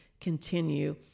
continue